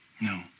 no